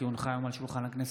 כי הונחה היום על שולחן הכנסת,